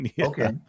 Okay